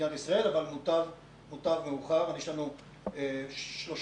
מאוחר מאשר אף פעם.